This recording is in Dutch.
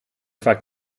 vaak